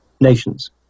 nations